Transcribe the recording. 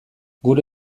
gure